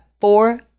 four